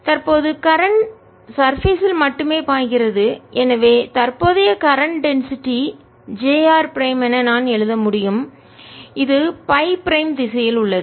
தற்போது current surface இல் மேற்பரப்பில் மட்டுமே பாய்கிறது எனவே தற்போதைய கரண்ட் டென்சிட்டி அடர்த்தி j r பிரைம் என நான் எழுத முடியும் இது பை பிரைம் திசையில் உள்ளது